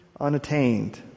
unattained